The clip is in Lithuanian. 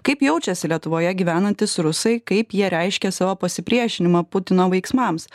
kaip jaučiasi lietuvoje gyvenantys rusai kaip jie reiškia savo pasipriešinimą putino veiksmams